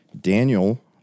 Daniel